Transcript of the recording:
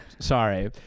Sorry